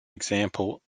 example